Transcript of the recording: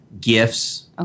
gifts